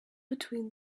between